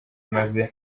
maze